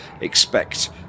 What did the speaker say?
expect